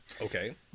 Okay